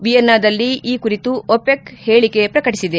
ವಿಯೆನ್ನಾದಲ್ಲಿ ಈ ಕುರಿತು ಒಪೆಕ್ ಹೇಳಿಕೆ ಪ್ರಕಟಿಸಿದೆ